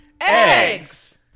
Eggs